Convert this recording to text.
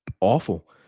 Awful